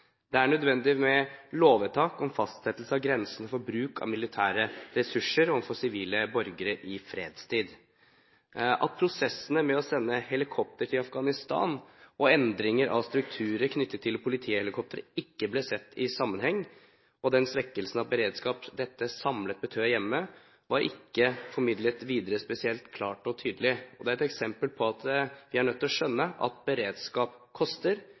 Det er nødvendig med lovvedtak om fastsettelse av grensene for bruk av militære ressurser overfor sivile borgere i fredstid. At prosessene med å sende helikopter til Afghanistan og endringen av strukturer knyttet til politihelikopteret ikke ble sett i sammenheng, og den svekkelsen av beredskap dette samlet betød hjemme, var ikke formidlet videre spesielt klart og tydelig. Det er et eksempel på at vi er nødt til å skjønne at beredskap koster,